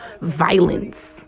violence